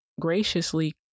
graciously